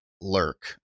lurk